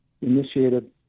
initiated